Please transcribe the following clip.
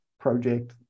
project